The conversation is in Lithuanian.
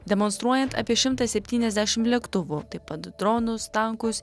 demonstruojant apie šimtą septyniasdešim lėktuvų taip pat dronus tankus